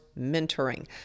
mentoring